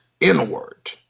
inward